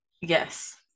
Yes